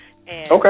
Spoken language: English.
Okay